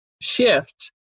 shift